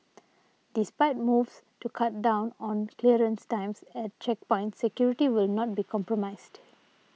despite moves to cut down on clearance times at checkpoints security will not be compromised